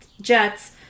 jets